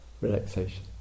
Relaxation